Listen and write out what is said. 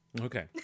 Okay